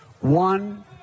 one